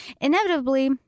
Inevitably